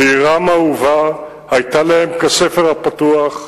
שעירם האהובה היתה להם כספר הפתוח,